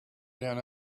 down